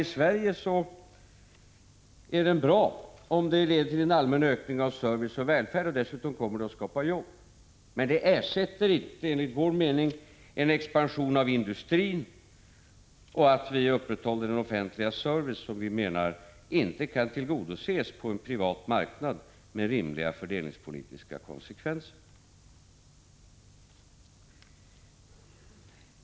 I Sverige är sådan tillväxt bra om den leder till en allmän ökning av service och välfärd; dessutom kommer den att skapa jobb. Men den ersätter enligt vår mening inte en expansion av industrin och att vi upprätthåller den offentliga service som enligt vår mening inte med rimliga fördelningspolitiska konsekvenser kan tillgodoses på en privat marknad.